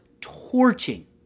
torching